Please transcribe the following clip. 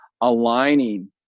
aligning